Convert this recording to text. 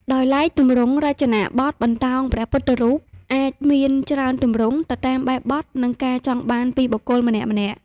ដោយឡែក ទម្រង់ និងរចនាបថ បន្តោងព្រះពុទ្ធរូបអាចមានច្រើនទម្រង់ទៅតាមបែបបទ និងការចង់បានពីបុគ្គលម្នាក់ៗ។